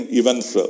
events